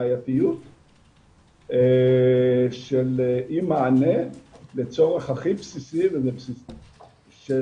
בעייתיות של אי מענה לצורך הכי בסיסי של תזונה